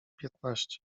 piętnaście